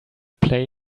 play